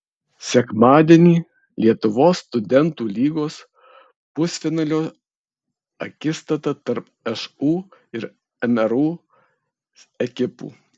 sekmadienį lietuvos studentų lygos pusfinalio akistata tarp šu ir mru ekipų